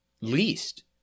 least